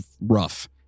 Rough